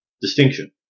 distinction